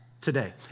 today